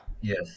yes